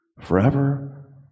forever